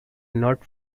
not